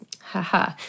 Haha